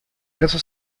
caso